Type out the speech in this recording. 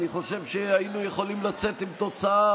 אני חושב שהיינו יכולים לצאת עם תוצאה